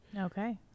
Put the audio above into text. Okay